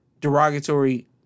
derogatory